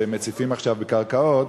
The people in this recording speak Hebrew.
שמציפים עכשיו בקרקעות,